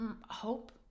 hope